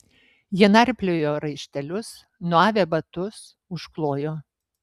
jie narpliojo raištelius nuavę batus užklojo